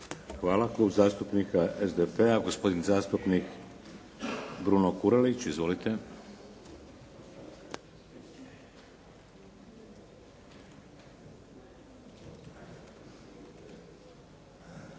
Hvala. Klub zastupnika SDP-a, gospodin zastupnik Bruno Kurelić. Izvolite.